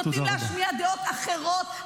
נותנים להשמיע דעות אחרות.